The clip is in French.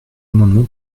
amendement